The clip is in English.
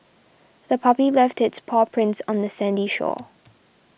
the puppy left its paw prints on the sandy shore